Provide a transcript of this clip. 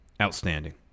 Outstanding